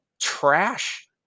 trash